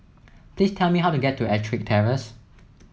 please tell me how to get to EttricK Terrace